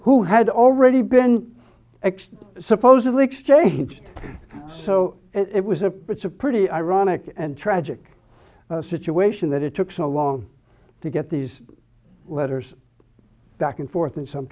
who had already been exposed supposedly exchanged so it was a it's a pretty ironic and tragic situation that it took so long to get these letters back and forth in some